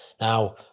Now